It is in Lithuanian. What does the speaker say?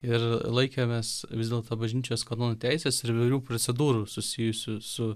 ir laikėmės vis dėlto bažnyčios kanonų teisės ir įvairių procedūrų susijusių su